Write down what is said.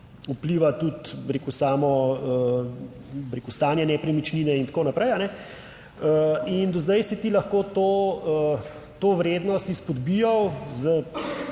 Vpliva tudi, bi rekel, stanje nepremičnine in tako naprej. In do zdaj si ti lahko to vrednost izpodbijal z,